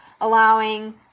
allowing